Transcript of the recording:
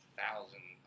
thousand